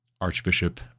Archbishop